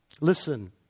Listen